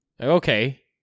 Okay